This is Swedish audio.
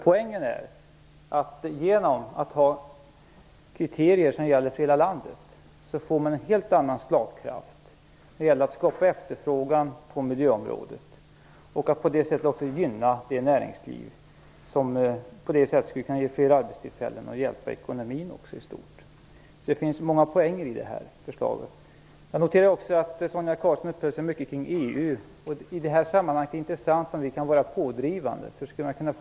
Poängen är att man genom att ha kriterier som gäller för hela landet får en helt annan slagkraft i strävandena att skapa efterfrågan på miljöområdet. Därigenom kan man också gynna näringslivet, som då kan skapa fler arbetstillfällen och bidra till att hjälpa upp ekonomin i stort. Det finns alltså många poänger i detta förslag. Jag noterar också att Sonia Karlsson uppehöll sig mycket vid EU. Det är intressant om vi kunde vara pådrivande i det sammanhanget.